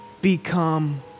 become